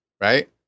right